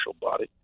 body